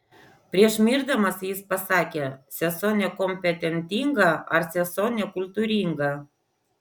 prieš mirdamas jis pasakė sesuo nekompetentinga ar sesuo nekultūringa